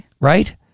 Right